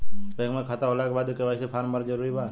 Bank में खाता होला के बाद भी के.वाइ.सी फार्म भरल जरूरी बा का?